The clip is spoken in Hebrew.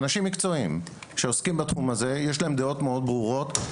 אנשים מקצועיים יש להם דעות ברורות מאוד.